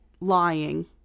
lying